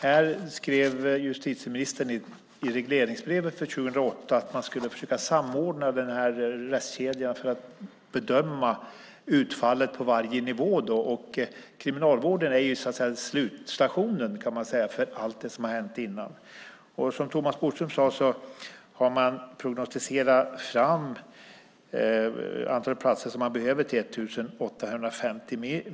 Hon skrev i regleringsbrevet för 2008 att man skulle försöka samordna rättskedjan för att bedöma utfallet på varje nivå. Kriminalvården är så att säga slutstationen för allt det som har hänt innan. Som Thomas Bodström sade har man prognostiserat det antal platser som man behöver till 1 850.